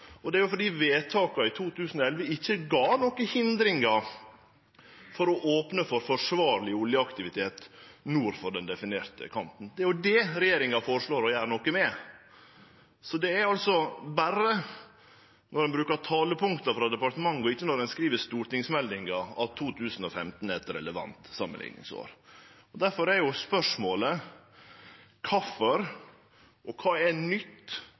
og det er fordi vedtaka i 2011 ikkje gav nokon hindringar for å opne for forsvarleg oljeaktivitet nord for den definerte kanten. Det er jo det regjeringa føreslår å gjere noko med. Det er altså berre når ein brukar talepunkta frå departementet, og ikkje når ein skriv stortingsmeldinga, at 2015 er eit relevant samanlikningsår. Difor er spørsmålet: Kvifor? Og kva er nytt